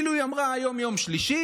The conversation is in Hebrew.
כאילו היא אמרה: היום יום שלישי,